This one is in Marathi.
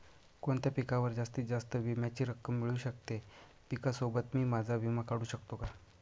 कोणत्या पिकावर जास्तीत जास्त विम्याची रक्कम मिळू शकते? पिकासोबत मी माझा विमा काढू शकतो का?